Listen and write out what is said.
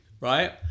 right